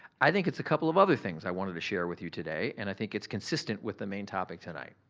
i think it's a couple of other things i wanted to share with you today and i think it's consistent with the main topic tonight.